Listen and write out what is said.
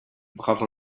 brave